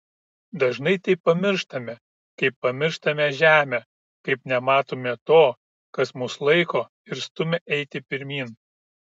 dažnai tai pamirštame kaip pamirštame žemę kaip nematome to kas mus laiko ir stumia eiti pirmyn